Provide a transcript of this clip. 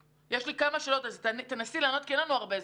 יש לי כמה שאלות אז תנסי לענות כי אין לנו זמן רב.